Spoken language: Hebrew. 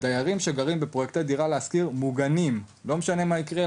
הדיירים שגרים תחת פרויקט "דירה להשכיר" מוגנים וזה לא משנה מה יקרה.